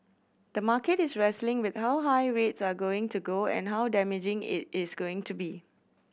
the market is wrestling with how high rates are going to go and how damaging it is going to be